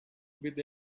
with